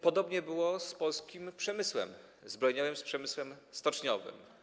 Podobnie było z polskim przemysłem zbrojeniowym, przemysłem stoczniowym.